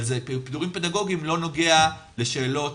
אבל פיטורים פדגוגיים לא נוגעים לשאלות